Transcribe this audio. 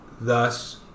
Thus